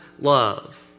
Love